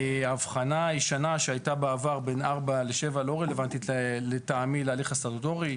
ההבחנה הישנה שהייתה בעבר בין 4 ל-7 לא רלוונטית לטעמי להליך הסטטוטורי.